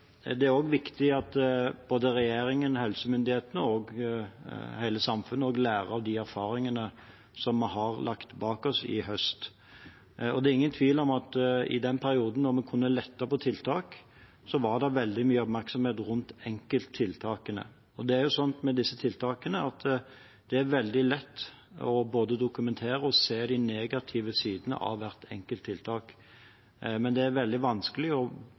både regjeringen, helsemyndighetene og hele samfunnet lærer av erfaringene som vi har lagt bak oss i høst. Det er ingen tvil om at i den perioden da vi kunne lette på tiltak, var det veldig mye oppmerksomhet rundt enkelttiltakene. Det er slik med disse tiltakene at det er veldig lett både å dokumentere og se de negative sidene av hvert enkelt tiltak, men det er veldig vanskelig å